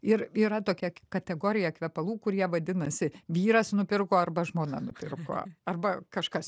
ir yra tokia kategorija kvepalų kurie vadinasi vyras nupirko arba žmona nupirko arba kažkas